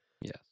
Yes